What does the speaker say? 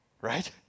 right